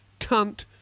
Cunt